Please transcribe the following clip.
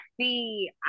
see